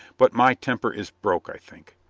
but my temper is broke, i think.